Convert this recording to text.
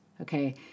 okay